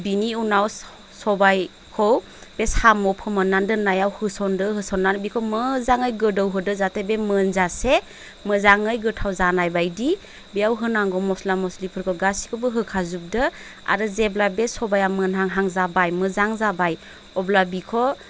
बेनि उनाव स सबाइखौ बे साम' फोमोन्नानै दोन्नायाव होसनदो होसन्नानै बिखौ मोजाङै गोदौहोदो जाहाथे बे मोनजासे मोजाङै गोथाव जानाय बायदि बेयाव होनांगौ मस्ला मस्लिफोरखौ गासिखौबो होखाजोबदो आरो जेब्ला बे सबाइआ मोनहां हां जाबाय मोजां जाबाय अब्ला बिखौ